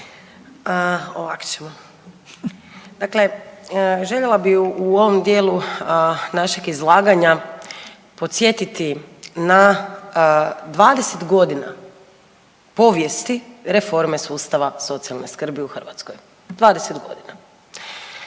ovak ćemo. Dakle, željela bi u ovom dijelu našeg izlaganja podsjetiti na 20.g. povijesti reforme sustava socijalne skrbi u Hrvatskoj, 20.g..